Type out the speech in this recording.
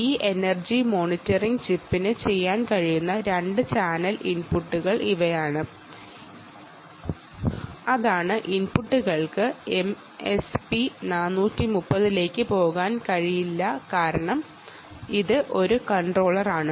ഈ energy monitoring ചിപ്പിന് ചെയ്യാൻ കഴിയുന്ന രണ്ട് ചാനൽ ഇൻപുട്ടുകൾ ഇവയാണ് അതായത് ഇൻപുട്ടുകൾക്ക് എംഎസ്പി 430 ലേക്ക് പോകാൻ കഴിയില്ല കാരണം ഇത് ഒരു കൺട്രോളറാണ്